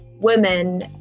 women